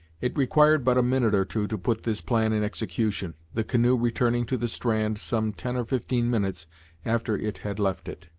it required but a minute or two to put this plan in execution, the canoe returning to the strand some ten or fifteen minutes after it had left it.